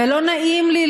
ולא נעים לי,